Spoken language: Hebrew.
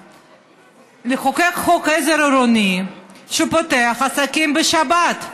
לחוקק חוק עזר עירוני שפותח עסקים בשבת.